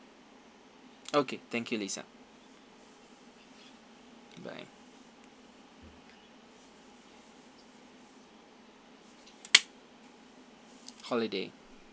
okay thank you lisa goodbye holiday